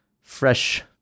fresh